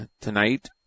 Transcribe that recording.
tonight